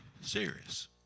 serious